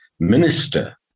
minister